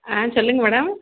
ஆ சொல்லுங்க மேடம்